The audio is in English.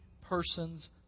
persons